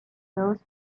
those